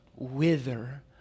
wither